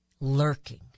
lurking